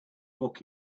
book